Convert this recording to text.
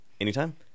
Anytime